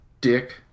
dick